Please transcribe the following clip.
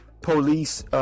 police